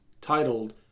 titled